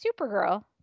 Supergirl